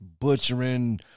butchering